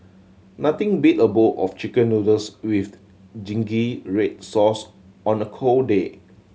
nothing beat a bowl of Chicken Noodles with the zingy red sauce on a cold day